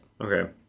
Okay